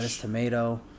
tomato